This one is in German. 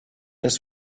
des